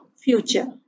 future